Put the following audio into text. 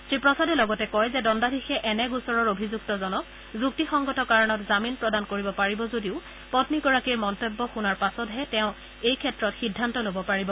শ্ৰীপ্ৰসাদে লগতে কয় যে দণ্ডাধীশে এনে গোচৰৰ অভিযুক্তজনক যুক্তিসংগত কাৰণত জামিন প্ৰদান কৰিব পাৰিব যদিও পমীগৰাকীৰ মন্তব্য শুনাৰ পাছতহে তেওঁ এই ক্ষেত্ৰত সিদ্ধান্ত ল'ব পাৰিব